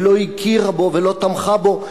ולא הכירה בו ולא תמכה בו.